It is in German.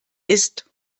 ist